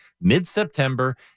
mid-September